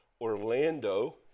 Orlando